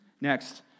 Next